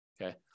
Okay